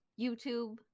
youtube